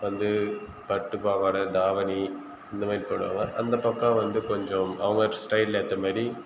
வந்து பட்டுப்பாவாடை தாவணி இந்தமாதிரி போடுவாங்க அந்த பக்கம் வந்து கொஞ்சம் அவங்க ஸ்டைல் ஏற்ற மாரி